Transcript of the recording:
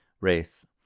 race